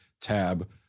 tab